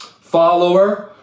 follower